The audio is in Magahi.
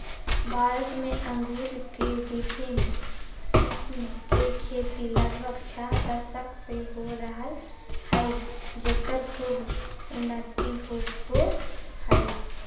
भारत में अंगूर के विविन्न किस्म के खेती लगभग छ दशक से हो रहल हई, जेकर खूब उन्नति होवअ हई